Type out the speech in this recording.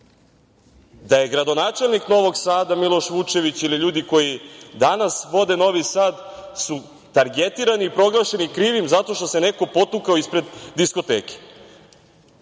da je gradonačelnik Novog Sada, Miloš Vučević, ili ljudi koji danas vode Novi Sad su targetirani i proglašeni krivim zato što se neko potukao ispred diskoteke.